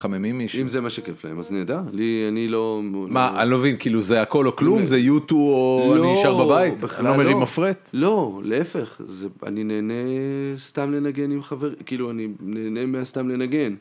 מחממים מישהו. אם זה מה שכיף להם, אז נהדר. לי, אני לא... מה, אני לא מבין, כאילו, זה הכל או כלום? זה u2 או, לא, אני נשאר בבית? בכלל לא. אני עם מפרט? לא, להפך, אני נהנה סתם לנגן עם חבר... כאילו, אני נהנה מהסתם לנגן.